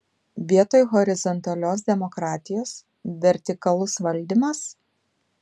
vietoj horizontalios demokratijos vertikalus valdymas